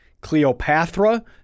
Cleopatra